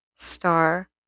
star